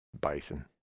Bison